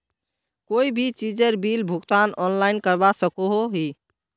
कोई भी चीजेर बिल भुगतान ऑनलाइन करवा सकोहो ही?